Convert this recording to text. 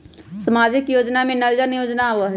सामाजिक योजना में नल जल योजना आवहई?